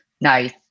nice